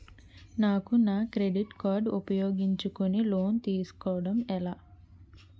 నాకు నా credit card ఉపయోగించుకుని లోన్ తిస్కోడం ఎలా?